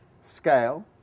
scale